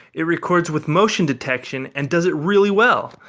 it records with motion detection and does it really well.